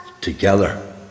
together